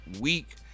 week